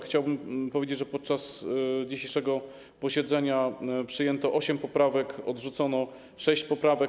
Chciałbym powiedzieć, że podczas dzisiejszego posiedzenia przyjęto osiem poprawek, a odrzucono sześć poprawek.